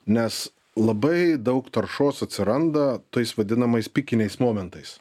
nes labai daug taršos atsiranda tais vadinamais pikiniais momentais